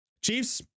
Chiefs